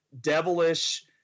devilish